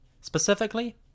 specifically